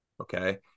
Okay